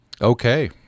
Okay